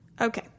Okay